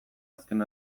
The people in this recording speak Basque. azken